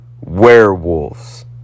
Werewolves